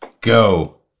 go